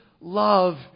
love